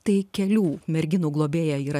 tai kelių merginų globėja yra